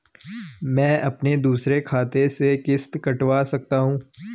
मैं अपने दूसरे खाते से किश्त कटवा सकता हूँ?